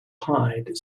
hide